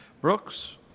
Brooks